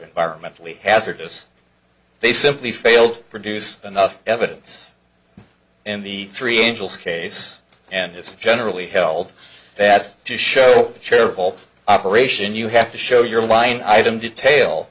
environmentally hazardous they simply failed produce enough evidence in the three angels case and it's generally held that to show charitable operation you have to show your line item detail